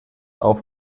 auf